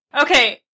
Okay